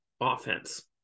offense